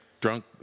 drunk